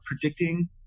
predicting